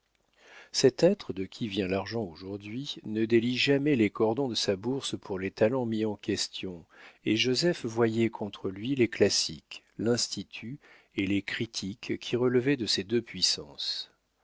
cet être de qui vient l'argent aujourd'hui ne délie jamais les cordons de sa bourse pour les talents mis en question et joseph voyait contre lui les classiques l'institut et les critiques qui relevaient de ces deux puissances